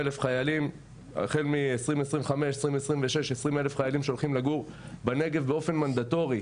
החל מ2025-2026 25,000 חיילים שהולכים לגור בנגב באופן מנדטורי,